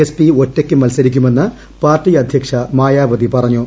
P S P ഒറ്റക്ക് മത്സരിക്കുമെന്ന് പാർട്ടി അധ്യക്ഷ മായാവതി പറഞ്ഞു